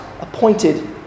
appointed